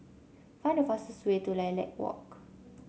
find the fastest way to Lilac Walk